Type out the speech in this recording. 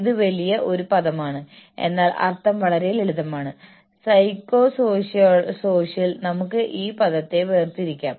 ഞങ്ങൾ അവരെ കമ്പനിയുമായി ബന്ധിപ്പിക്കേണ്ടതുണ്ട് കാരണം അവർ ഓർഗനൈസേഷനിൽ ഉയർന്ന ഓഹരികളുള്ളതിനാൽ അവർ കൂടുതൽ ഉത്തരവാദിത്തം ഏറ്റെടുക്കുന്നു